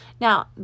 Now